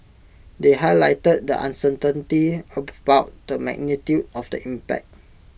they highlighted the uncertainty about the magnitude of the impact